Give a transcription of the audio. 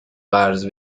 قرض